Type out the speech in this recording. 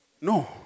No